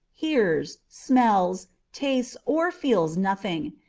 hears, smells, tastes, or feels nothing,